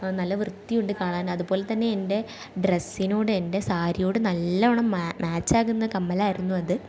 നല്ല വൃത്തിയുണ്ട് കാണാൻ അതുപോലെ തന്നെ എൻ്റെ ഡ്രെസ്സിനോട് എൻ്റെ സാരിയോട് നല്ലോണം മാച്ച് ആകുന്ന കമ്മലായിരുന്നു അത്